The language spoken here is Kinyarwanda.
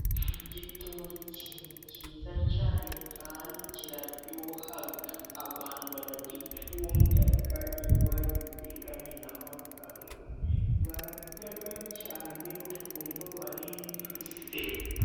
Igitoki ni cyiza cyane kandi kiraryoha, abantu baragikunda, iyo bagitekanye n'amakaroni, bararya cyane bakumva barijuse.